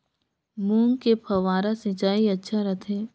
मूंग मे फव्वारा सिंचाई अच्छा रथे?